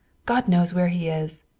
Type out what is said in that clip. god knows where he is.